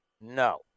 No